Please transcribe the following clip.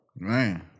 Man